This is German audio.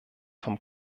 vom